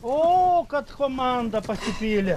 o kad komanda pasipylė